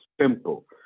Simple